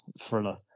thriller